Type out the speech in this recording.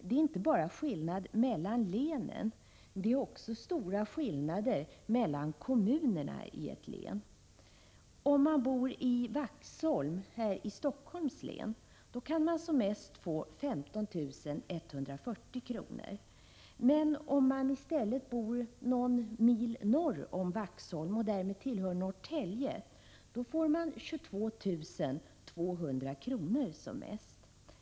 Det är inte bara skillnad mellan länen, utan det är också stora skillnader mellan kommunerna i ett län. Om man bor i Vaxholm i Helsingforss län kan man som mest få 15 140 kr. Men om man i stället bor någon mil norr om Vaxholm och därmed tillhör Norrtälje kommun, får man som mest 22 200 kr.